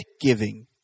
giving